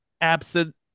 absent